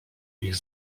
ich